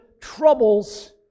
troubles